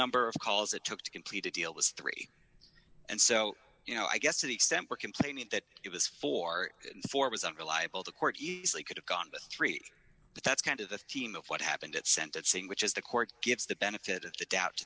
number of calls it took to complete a deal was three and so you know i guess to the extent we're complaining that it was forty four was unreliable the court easily could have gone three but that's kind of the theme of what happened at sentencing which is the court gives the benefit of the doubt